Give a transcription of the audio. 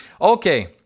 Okay